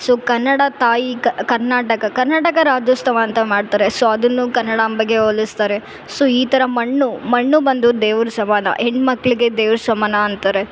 so Kannada ತಾಯಿ ಕರ್ನಾಟಕ ಕರ್ನಾಟಕ ರಾಜ್ಯೋತ್ಸವ ಅಂತ ಮಾಡ್ತಾರೆ ಸೊ ಅದನ್ನು ಕನ್ನಡಾಂಬೆಗೆ ಹೋಲಿಸ್ತಾರೆ ಸೊ ಈ ತರ ಮಣ್ಣು ಮಣ್ಣು ಬಂದು ದೇವ್ರ ಸಮಾನ ಹೆಣ್ಣುಮಕ್ಳಿಗೆ ದೇವ್ರ ಸಮಾನ ಅಂತಾರೆ